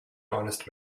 honest